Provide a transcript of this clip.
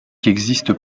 existe